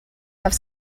have